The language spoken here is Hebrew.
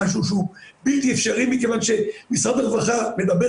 משהו שהוא בלתי אפשרי מכיוון שמשרד הרווחה מדבר